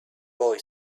boy